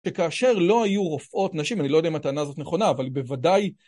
שכאשר לא היו רופאות נשים, אני לא יודע אם הטענה הזאת נכונה, אבל בוודאי...